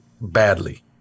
badly